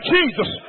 Jesus